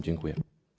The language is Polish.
Dziękuję.